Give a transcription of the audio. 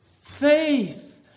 Faith